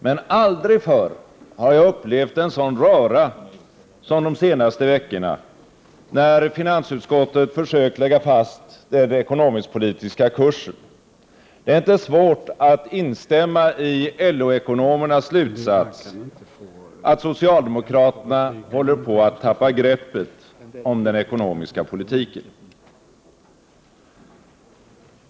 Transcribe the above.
Men aldrig förr har jag upplevt en sådan röra som under de senaste veckorna, när finansutskottet försökt lägga fast den ekonomisk-politiska kursen. Det är inte svårt att instämma i LO-ekonomernas slutsats att socialdemokraterna håller på att tappa greppet om den ekonomiska politiken.